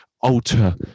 alter